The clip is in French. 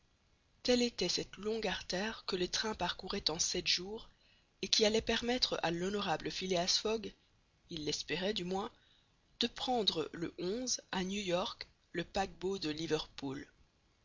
telle était cette longue artère que les trains parcouraient en sept jours et qui allait permettre à l'honorable phileas fogg il l'espérait du moins de prendre le à new york le paquebot de liverpool